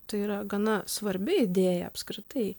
tai yra gana svarbi idėja apskritai